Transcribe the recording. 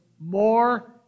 more